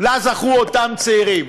שלו זכו אותם צעירים?